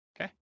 Okay